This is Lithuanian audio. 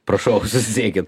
prašau susisiekit